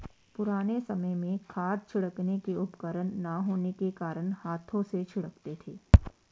पुराने समय में खाद छिड़कने के उपकरण ना होने के कारण हाथों से छिड़कते थे